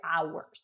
hours